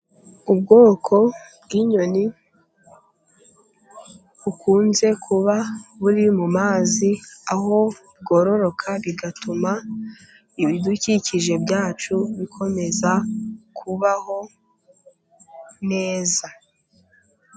Ubwoko bw'inyoni bukunze kuba buri mu mazi, aho bwororoka bigatuma ibidukikije byacu bikomeza kubaho neza.